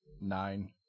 Nine